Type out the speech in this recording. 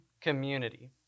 community